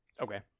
Okay